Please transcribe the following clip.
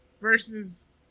Versus